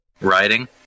writing